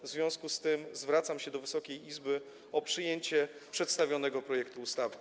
W związku z tym zwracam się do Wysokiej Izby o przyjęcie przestawionego projektu ustawy.